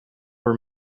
for